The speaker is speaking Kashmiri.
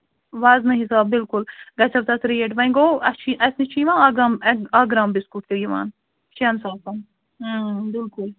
وزنہٕ حِساب بِلکُل گژھو تَتھ ریٹ وۅنۍ گوٚو اَسہِ چھُ اَسہِ نِش چھِ یِوان اکھ گرٛام اَکھ گرٛام بِسکُٹ تہِ یِوان شٮ۪ن ساسَن بِلکُل